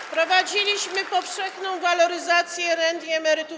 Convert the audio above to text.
Wprowadziliśmy powszechną waloryzację rent i emerytur.